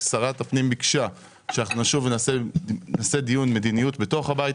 שרת הפנים ביקשה שאנחנו נשוב ונעשה דיון מדיניות בתוך הבית,